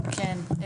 כן.